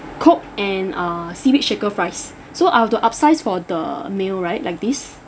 coke and uh seaweed shaker fries so I'll have to upsize for the meal right like this